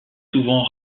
souvent